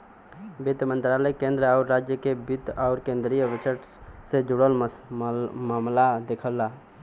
वित्त मंत्रालय केंद्र आउर राज्य क वित्त आउर केंद्रीय बजट से जुड़ल मामला देखला